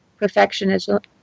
perfectionism